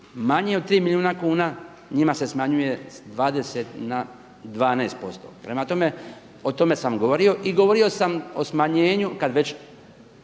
manji od 3 milijuna kuna njima se smanjuje s 20 na 12%. Prema tome, o tome sam govorio i govorio sam o smanjenju kad već